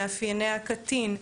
מאפייני הקטין,